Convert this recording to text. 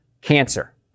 cancer